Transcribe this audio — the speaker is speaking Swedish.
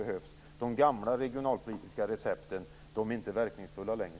De gamla regionalpolitiska recepten är inte verkningsfulla längre.